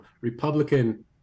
Republican